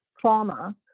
trauma